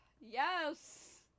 yes